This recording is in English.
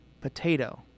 Potato